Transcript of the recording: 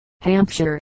Hampshire